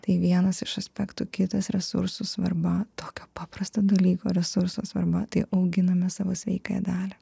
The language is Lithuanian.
tai vienas iš aspektų kitas resursų svarba tokio paprasto dalyko resursų svarba tai auginame savo sveikąją dalį